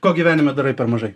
ko gyvenime darai per mažai